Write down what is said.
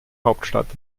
hauptstadt